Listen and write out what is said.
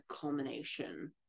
culmination